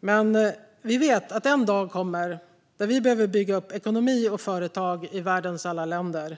Men vi vet att den dagen kommer då vi behöver bygga upp ekonomi och företag i världens alla länder.